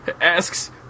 asks